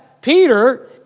Peter